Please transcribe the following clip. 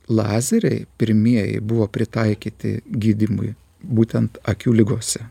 lazeriai pirmieji buvo pritaikyti gydymui būtent akių ligose